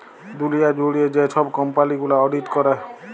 দুঁলিয়া জুইড়ে যে ছব কম্পালি গুলা অডিট ক্যরে